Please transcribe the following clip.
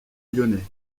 lyonnais